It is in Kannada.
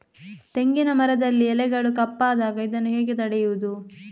ತೆಂಗಿನ ಮರದಲ್ಲಿ ಎಲೆಗಳು ಕಪ್ಪಾದಾಗ ಇದನ್ನು ಹೇಗೆ ತಡೆಯುವುದು?